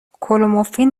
کلومفین